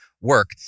work